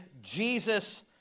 Jesus